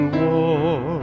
war